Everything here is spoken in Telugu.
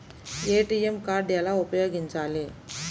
ఏ.టీ.ఎం కార్డు ఎలా ఉపయోగించాలి?